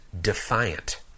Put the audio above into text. defiant